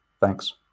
thanks